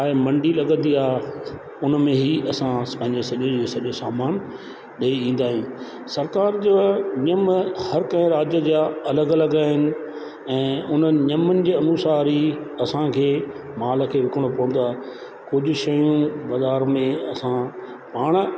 आहे मंडी लगंदी आहे उन में ई असां पंहिंजो सॼो जो सॼो सामान ॾेई ईंदा आहियूं सरकार जो नियम हर कंहिं राज्य जा अलॻि अलॻि आहिनि ऐं उन्हनि नियमुनि जे अनुसार ई असांखे माल खे विकिरणो पवंदो आहे कुझु शयूं बाज़ारि में असां पाण